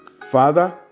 Father